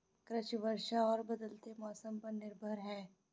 कृषि वर्षा और बदलते मौसम पर निर्भर है